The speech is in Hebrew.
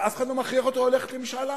ואף אחד לא מכריח אותו ללכת למשאל עם.